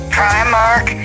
Primark